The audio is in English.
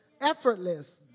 Effortless